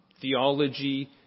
theology